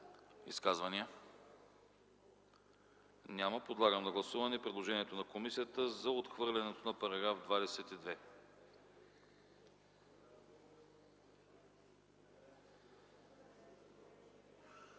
Изказвания? Няма. Подлагам на гласуване предложението на комисията за отхвърляне на § 26.